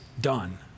done